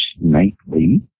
nightly